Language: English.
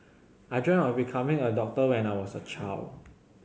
I dreamt of becoming a doctor when I was a child